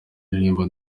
aririmba